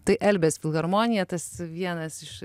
tai elbės filharmonija tas vienas iš